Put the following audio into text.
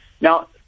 Now